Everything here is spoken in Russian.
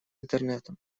интернетом